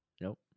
Nope